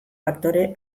aktore